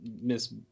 miss